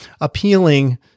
appealing